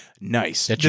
Nice